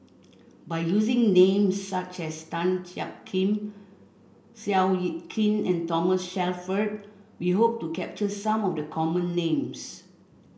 by using names such as Tan Jiak Kim Seow Yit Kin and Thomas Shelford we hope to capture some of the common names